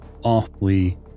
awfully